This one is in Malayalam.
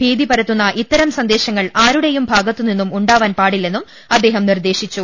ഭീതി പരത്തുന്ന ഇത്തരം സന്ദേശങ്ങൾ ആരുടെയും ഭാഗ ത്തുനിന്നും ഉണ്ടാവാൻ പാടില്ലെന്നും അദ്ദേഹം നിർദേശിച്ചു